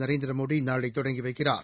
நரேந்திரமோடிநாளைதொடங்கிவைக்கிறார்